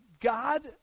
God